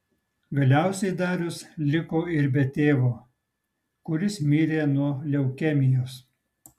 galiausiai darius liko ir be tėvo kuris mirė nuo leukemijos